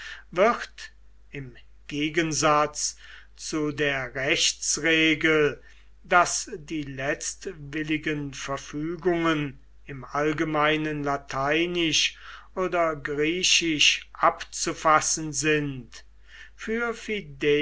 wird im gegensatz zu der rechtsregel daß die letztwilligen verfügungen im allgemeinen lateinisch oder griechisch abzufassen sind für